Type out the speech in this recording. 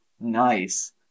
nice